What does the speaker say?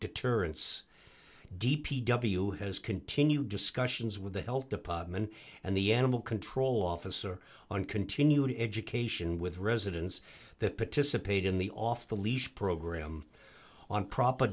deterrence d p w has continued discussions with the health department and the animal control officer on continuing education with residents that participate in the off the leash program on proper